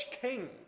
king